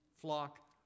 flock